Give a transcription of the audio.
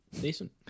Decent